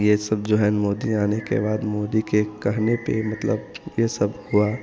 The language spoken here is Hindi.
यह सब जो है मोदी आने के बाद मोदी के कहने पर मतलब सब हुआ